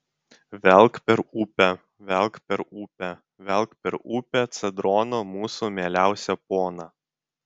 velk per upę velk per upę velk per upę cedrono mūsų mieliausią poną